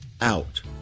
out